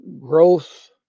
growth